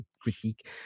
critique